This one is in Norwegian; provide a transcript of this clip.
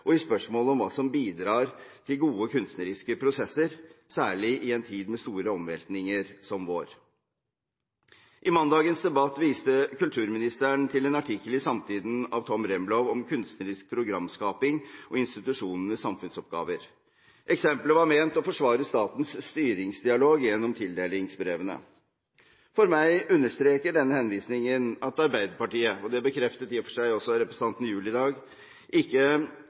ytringsfrihetsperspektivet og spørsmålet om hva som bidrar til gode kunstneriske prosesser – særlig i en tid som vår med så store omveltninger. I mandagens debatt viste kulturministeren til en artikkel i Samtiden av Tom Remlov om kunstnerisk programskaping og institusjonenes samfunnsoppgaver. Eksemplet var ment å forsvare statens styringsdialog gjennom tildelingsbrevene. For meg understreker denne henvisningen at Arbeiderpartiet – og det bekreftet i og for seg også representanten Gjul i dag – ikke